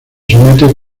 somete